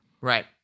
right